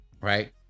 right